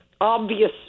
obvious